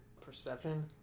Perception